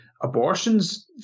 abortions